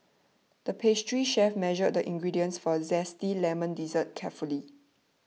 the pastry chef measured the ingredients for a Zesty Lemon Dessert carefully